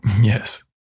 yes